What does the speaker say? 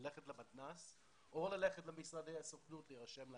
ללכת למתנ"ס או ללכת למשרדי הסוכנות להירשם לעלייה,